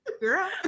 Girl